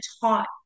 taught